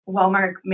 Walmart